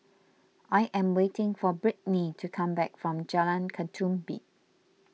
I am waiting for Britny to come back from Jalan Ketumbit